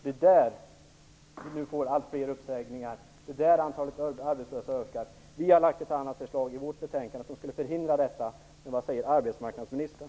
Det är i kommuner och landsting som vi nu får allt fler uppsägningar och antalet arbetslösa ökar. Vi har lagt fram ett annat förslag som skulle förhindra detta. Men vad säger arbetsmarknadsministern?